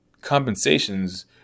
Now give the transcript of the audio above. compensations